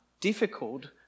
difficult